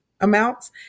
amounts